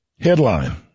Headline